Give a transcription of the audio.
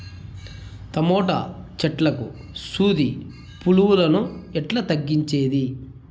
Tomato చెట్లకు సూది పులుగులను ఎట్లా తగ్గించేది?